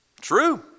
True